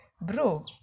bro